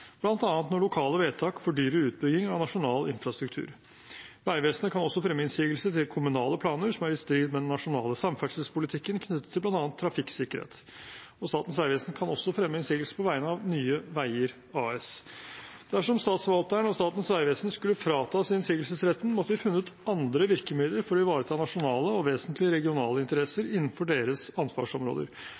når lokale vedtak fordyrer utbygging av nasjonal infrastruktur. Vegvesenet kan også fremme innsigelser mot kommunale planer som er i strid med den nasjonale samferdselspolitikken knyttet til bl.a. trafikksikkerhet. Statens vegvesen kan også fremme innsigelser på vegne av Nye Veier AS. Dersom Statsforvalteren og Statens vegvesen skulle fratas innsigelsesretten, måtte vi funnet andre virkemidler for å ivareta nasjonale og vesentlige regionale interesser innenfor deres ansvarsområder.